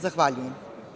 Zahvaljujem.